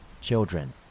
Children